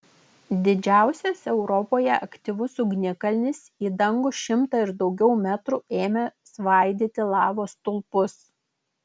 didžiausias europoje aktyvus ugnikalnis į dangų šimtą ir daugiau metrų ėmė svaidyti lavos stulpus